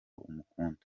umukunda